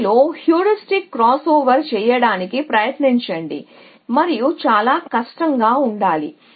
దీనితో heuristic crossover చేయడానికి ప్రయత్నించండి మరియు చాలా కష్టంగా ఉండాలి